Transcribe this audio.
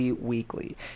weekly